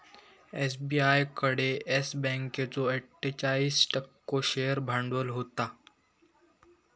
SBI कडे Yes बँकेचो अट्ठोचाळीस टक्को शेअर भांडवल होता